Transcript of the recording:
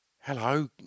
Hello